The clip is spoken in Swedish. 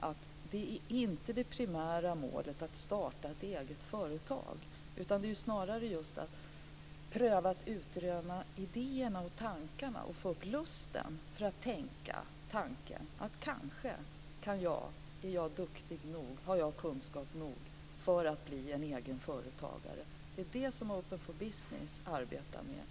att det primära målet inte är att man ska starta ett eget företag. Snarare är det just att pröva och utröna idéerna och tankarna, att få upp lusten, att tänka tanken "kanske är jag duktig nog och har kunskap nog att bli egen företagare". Det är detta som Open for Business arbetar med.